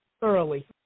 thoroughly